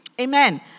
Amen